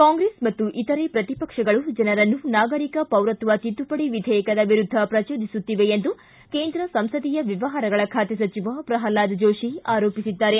ಕಾಂಗ್ರೆಸ್ ಮತ್ತು ಇತರೆ ಪ್ರತಿಪಕ್ಷಗಳು ಜನರನ್ನು ನಾಗರಿಕ ಪೌರತ್ವ ತಿದ್ದುಪಡಿ ವಿಧೇಯಕದ ವಿರುದ್ದ ಪ್ರಜೋದಿಸುತ್ತಿವೆ ಎಂದು ಕೇಂದ್ರ ಸಂಸದೀಯ ವ್ಯವಹಾರಗಳ ಖಾತೆ ಸಚಿವ ಪ್ರಲ್ವಾದ ಜೋತಿ ಆರೋಪಿಸಿದ್ದಾರೆ